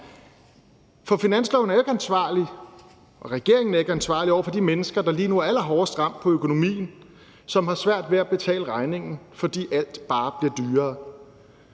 For finanslovsforslaget er ikke ansvarligt, og regeringen er ikke ansvarlig over for de mennesker, der lige nu er allerhårdest ramt på økonomien, og som har svært ved at betale regningen, fordi alt bare bliver dyrere.